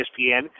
ESPN